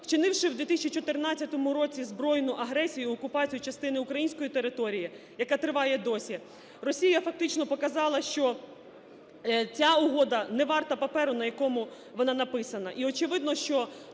Вчинивши в 2014 році збройну агресію і окупацію частини української території, яка триває досі, Росія фактично показала, що ця угода не варта паперу, на якому вона написана.